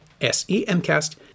S-E-M-Cast